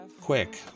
quick